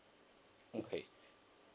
okay